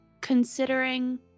considering